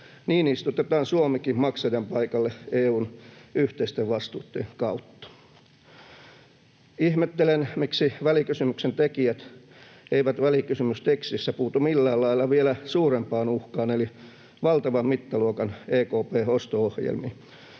Niin istutetaan Suomikin maksajan paikalle EU:n yhteisten vastuitten kautta. Ihmettelen, miksi välikysymyksen tekijät eivät välikysymystekstissä puutu millään lailla vielä suurempaan uhkaan eli valtavan mittaluokan EKP:n osto-ohjelmiin,